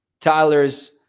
Tyler's